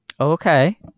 okay